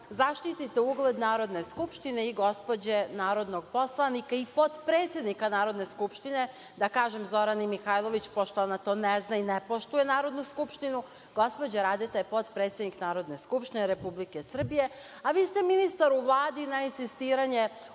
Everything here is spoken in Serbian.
zaštitite ugled Narodne skupštine i gospođe narodnog poslanika i potpredsednika Narodne skupštine. Da kažem Zorani Mihajlović pošto ona to ne zna i ne poštuje Narodnu skupštinu, da je gospođa Radeta potpredsednik Narodne skupštine Republike Srbije, a vi ste ministar u Vladi na insistiranje